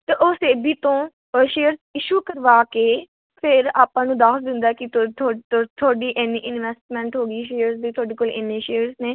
ਅਤੇ ਉਹ ਸੇਬੀ ਤੋਂ ਅ ਸ਼ੇਅਰ ਇਸ਼ੂ ਕਰਵਾ ਕੇ ਫਿਰ ਆਪਾਂ ਨੂੰ ਦੱਸ ਦਿੰਦਾ ਕਿ ਤੁਹਾਡੀ ਇੰਨੀ ਇਨਵੈਸਟਮੈਂਟ ਹੋ ਗਈ ਸ਼ੇਅਰਸ ਦੀ ਤੁਹਾਡੇ ਕੋਲ ਇੰਨੇ ਸ਼ੇਅਰਸ ਨੇ